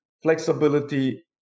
flexibility